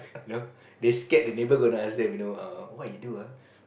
know they scared the neighbour gonna ask them you know what you do ah